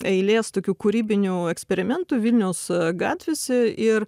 eilės tokių kūrybinių eksperimentų vilniaus gatvėse ir